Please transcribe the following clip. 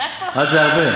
את זה הרבה.